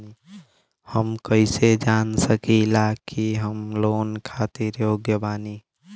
हम कईसे जान सकिला कि हम लोन खातिर योग्य बानी?